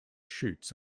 shoots